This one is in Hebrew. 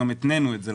גם התנינו את זה,